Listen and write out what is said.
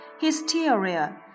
hysteria